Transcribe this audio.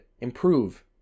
improve